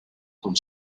con